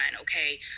Okay